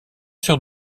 sur